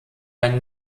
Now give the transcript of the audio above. ein